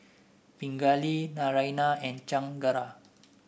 Pingali Naraina and Chengara